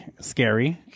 scary